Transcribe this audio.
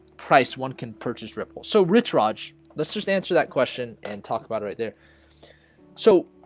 price one can purchase ripple so rich raj. let's just answer that question and talk about right there so